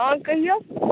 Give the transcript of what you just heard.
आओर कहियौ